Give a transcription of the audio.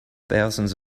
thousands